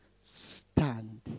stand